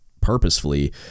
purposefully